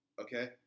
Okay